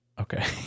Okay